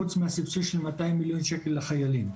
חוץ מהסבסוד של מאתיים מיליון שקל לחיילים.